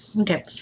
Okay